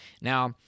Now